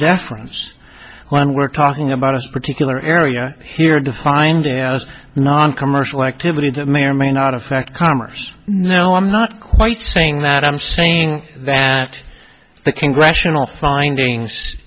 deference when we're talking about a particular area here defined as noncommercial activity that may or may not affect commerce no i'm not quite saying that i'm saying that the congressional